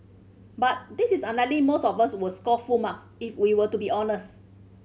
but this is unlikely most of us were score full marks if we were to be honest